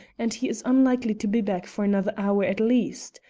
and he is unlikely to be back for another hour at least.